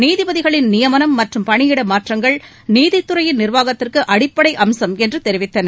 நீதிபதிகளின் நியமனம் மற்றும் பணியிட மாற்றங்கள் நீதித்துறையின் நிர்வாகத்திற்கு அடிப்படை அம்சம் என்று தெரிவித்தனர்